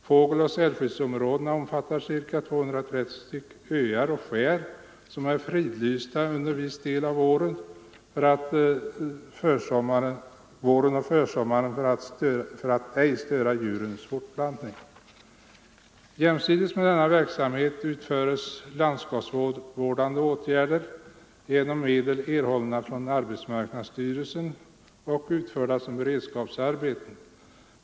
Fågeloch sälskyddsområdena omfattar cirka 230 st öar och skär och är fridlysta under viss del av våren och försommaren för att ej störa djurens fortplantning. Jämsides med denna verksamhet utföres landskapsvårdande åtgärder genom medel erhållna från Arbetsmarknadsstyrelsen och utförda som beredskapsarbeten.